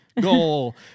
goal